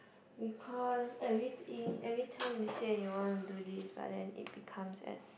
because every in every time you say you want to do this and then it becomes as